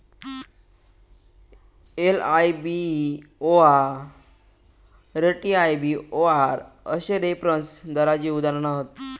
LIBOR, TIBOR अश्ये reference दराची उदाहरणा हत